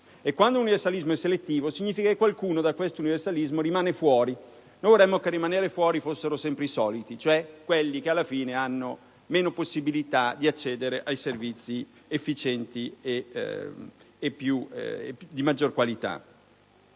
Quando l'universalismo è selettivo significa che qualcuno da quest'universalismo rimane fuori. Non vorremmo che a rimanere fuori fossero sempre i soliti, cioè quelli che alla fine hanno meno possibilità di accedere ai servizi efficienti e di maggior qualità.